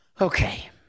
Okay